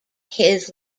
his